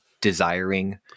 desiring